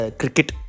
cricket